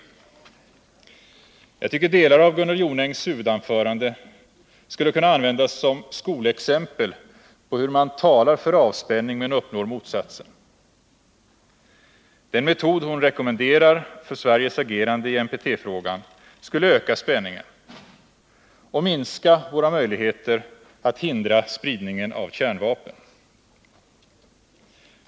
Jag tycker att delar av Gunnel Jonängs huvudanförande skulle kunna användas som exempel på hur man talar för avspänning men uppnår motsatsen. Den metod hon rekommenderar för Sveriges agerande i NPT-frågan skulle öka spänningen och minska våra möjligheter att hindra spridningen av kärnvapen.